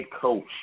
coach